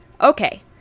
Okay